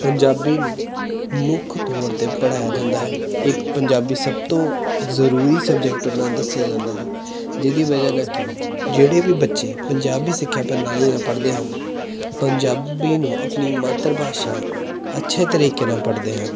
ਪੰਜਾਬੀ ਨੂੰ ਮੁੱਖ ਤੌਰ 'ਤੇ ਪੜ੍ਹਾਇਆ ਜਾਂਦਾ ਹੈ ਇੱਕ ਪੰਜਾਬੀ ਸਭ ਤੋਂ ਜ਼ਰੂਰੀ ਸਬਜੈਕਟ ਨਾਲ ਦੱਸਿਆ ਜਾਂਦਾ ਹੈ ਜਿਹਦੀ ਵਜ੍ਹਾ ਨਾਲ ਕਿ ਜਿਹੜੇ ਵੀ ਬੱਚੇ ਪੰਜਾਬੀ ਸਿੱਖਿਆ ਪ੍ਰਣਾਲੀ ਨਾਲ ਪੜ੍ਹਦੇ ਹਨ ਪੰਜਾਬੀ ਨੂੰ ਆਪਣੀ ਮਾਤਰ ਭਾਸ਼ਾ ਅੱਛੇ ਤਰੀਕੇ ਨਾਲ ਪੜ੍ਹਦੇ ਹਨ